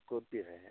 कौनसी है